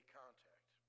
contact